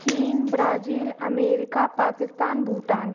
China Brazil America Pakistan Bhutan